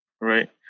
right